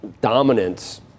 dominance